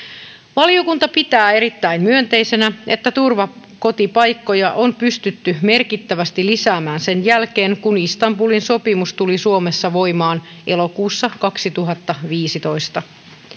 valiokunta pitää erittäin myönteisenä että turvakotipaikkoja on pystytty merkittävästi lisäämään sen jälkeen kun istanbulin sopimus tuli suomessa voimaan elokuussa kaksituhattaviisitoista